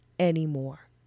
anymore